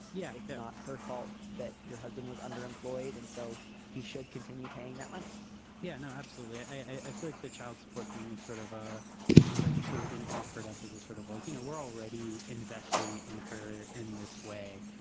yeah. it's not her fault that your husband was underemployed and so he should continue paying that money yeah no absolutely. i feel like the child support thing is sort of a i think like it's sort of being offered up as a sort of like you know already investing in her in this way.